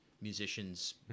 musicians